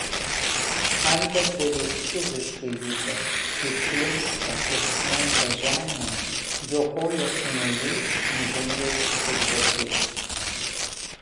aldas beveik fiziškai juto kaip klimpsta ir smenga žemėn jo kojos su naujais madingais pusbačiais